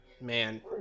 Man